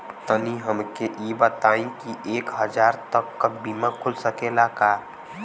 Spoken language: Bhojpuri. तनि हमके इ बताईं की एक हजार तक क बीमा खुल सकेला का?